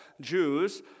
Jews